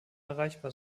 erreichbar